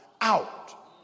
out